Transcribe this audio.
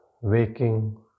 waking